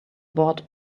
bought